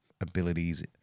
abilities